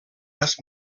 arts